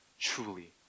truly